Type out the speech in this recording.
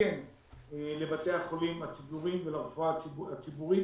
ומתקן לכל בתי החולים הציבוריים ולרפואה הציבורית.